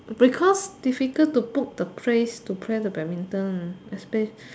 because difficult to book the place to play the badminton the space